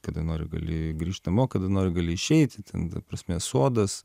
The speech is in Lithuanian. kada nori gali grįžt namo kada nori gali išeiti ten ta prasme sodas